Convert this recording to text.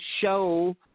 show